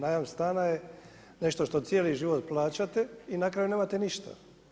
Najam stana je nešto što cijeli život plaćate i na kraju nemate ništa.